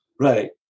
Right